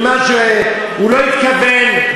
ממה שהוא לא התכוון,